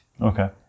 Okay